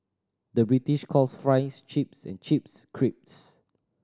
the British calls fries chips and chips crisps